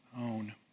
own